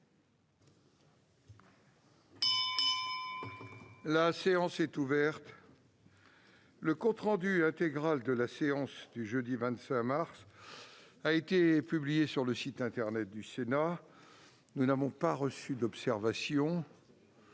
La séance est ouverte. Le compte rendu intégral de la séance du jeudi 25 mars 2021 a été publié sur le site internet du Sénat. Il n'y a pas d'observation